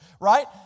right